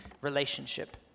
relationship